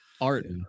art